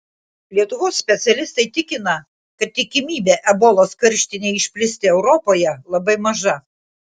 lietuvos specialistai tikina kad tikimybė ebolos karštinei išplisti europoje labai maža